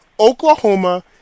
Oklahoma